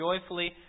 joyfully